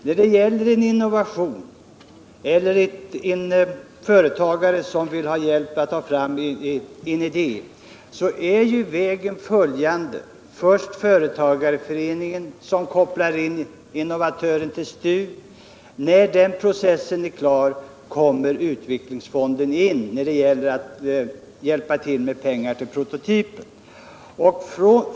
När det gäller en innovation eller när en företagare vill ha hjälp att ta fram en idé är vägen följande: Först vänder man sig till företagareföreningen, som kopplar in innovatören till STU. När den processen är klar kommer utvecklingsfonden in för att hjälpa till med pengar till prototypen.